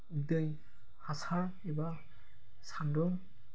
दै हासार एबा सान्दुं